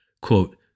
Quote